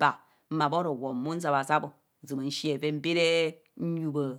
taa eja jo noto ovaa bha unwe obhazi bho daa